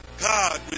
God